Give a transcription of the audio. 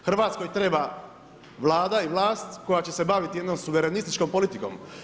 Hrvatskoj treba Vlada i vlast koja će se baviti jednom suverenističkom politikom.